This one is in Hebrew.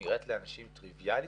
שנראית לאנשים טריוויאלית,